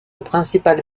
principale